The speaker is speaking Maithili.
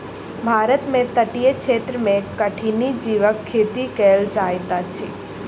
भारत में तटीय क्षेत्र में कठिनी जीवक खेती कयल जाइत अछि